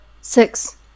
Six